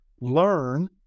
LEARN